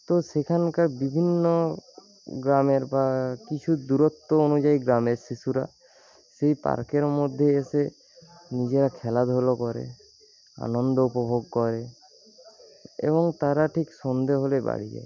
তো সেখানকার বিভিন্ন গ্রামের বা কিছু দূরত্ব অনুযায়ী গ্রামের শিশুরা সেই পার্কের মধ্যে এসে নিজেরা খেলাধুলো করে আনন্দ উপভোগ করে এবং তারা ঠিক সন্ধে হলে বাড়ি যায়